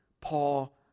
Paul